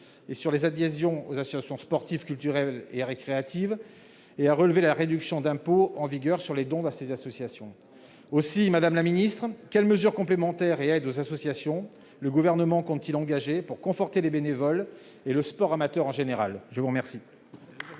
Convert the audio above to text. sur les adhésions aux associations sportives, culturelles et récréatives, et à relever la réduction d'impôt en vigueur sur les dons à ces associations. Aussi, madame la ministre, quelles mesures complémentaires et quelles aides aux associations le Gouvernement compte-t-il mettre en place pour soutenir les bénévoles et le sport amateur en général ? La parole